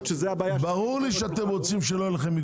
שזאת הבעיה --- ברור לי שאתם לא רוצים מגבלות.